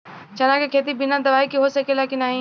चना के खेती बिना दवाई के हो सकेला की नाही?